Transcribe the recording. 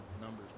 numbers